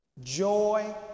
joy